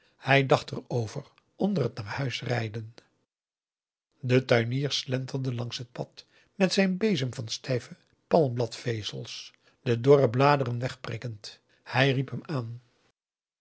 hij dacht er over onder het naar huis rijden de tuinier slenterde langs het pad met zijn bezem van stijve palmbladvezels de dorre bladeren wegprikkend hij riep hem aan